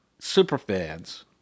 superfans